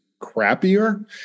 crappier